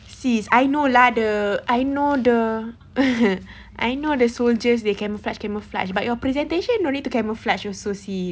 sis I know lah the I know the I know the soldiers they camouflage camouflage but your presentation no need to camouflage also sis